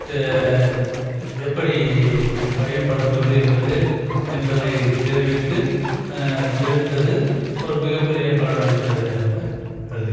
சே எப்படி பயன்படுத்துவது என்பது என்பதைத் தெரிவித்து தெரிவித்தது ஒரு மிகப்பெரிய பலனளித்தது கருதி